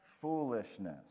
foolishness